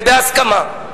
ובהסכמה.